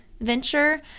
venture